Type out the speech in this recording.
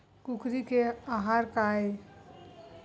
कुकरी के आहार काय?